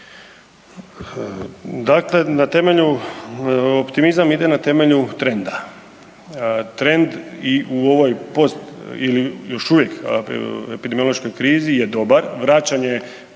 Dakle na temelju, optimizam ide na temelju trenda. Trend i u ovoj post ili još uvijek epidemiološkoj krizi je dobar, vraćanje